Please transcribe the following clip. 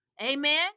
amen